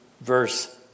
verse